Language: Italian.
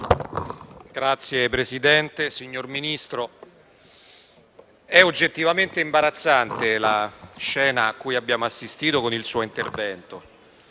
Signor Presidente, signor Ministro, è oggettivamente imbarazzante la scena cui abbiamo assistito con il suo intervento